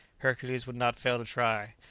hercules would not fail to try.